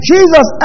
Jesus